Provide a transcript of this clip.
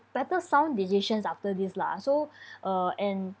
better sound decisions after this lah so uh and